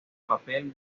papel